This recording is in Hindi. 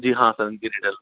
जी हाँ सर